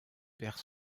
perd